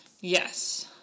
Yes